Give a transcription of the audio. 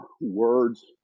words